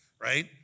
Right